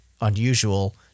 unusual